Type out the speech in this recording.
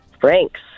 Franks